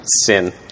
Sin